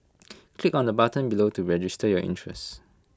click on the button below to register your interest